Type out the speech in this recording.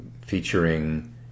featuring